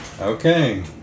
Okay